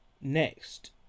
Next